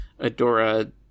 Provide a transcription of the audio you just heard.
Adora